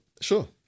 Sure